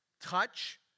Touch